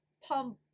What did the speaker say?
pump